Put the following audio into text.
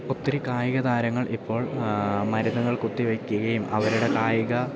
ഒത്തിരി കായികതാരങ്ങൾ ഇപ്പോൾ മരുന്നുകൾ കുത്തിവെക്കുകയും അവരുടെ കായിക